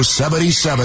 77